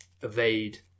evade